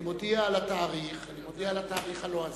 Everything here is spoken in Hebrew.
אני מודיע על התאריך, מודיע על התאריך הלועזי,